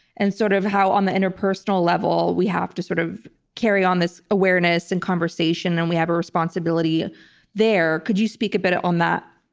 and sort of how on the interpersonal level we have to sort of carry on this awareness and conversation and we have a responsibility there. could you speak a bit on that?